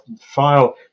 file